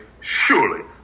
surely